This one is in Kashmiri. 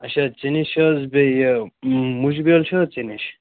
اَچھا ژےٚ نِش چھِ حظ بیٚیہِ یہِ مُجہٕ بیٛوٚل چھُنا ژےٚ نِش